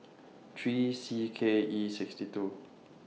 three C K E sixty two